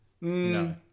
no